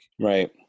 right